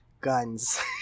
guns